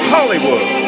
Hollywood